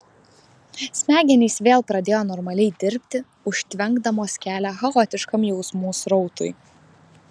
smegenys vėl pradėjo normaliai dirbti užtvenkdamos kelią chaotiškam jausmų srautui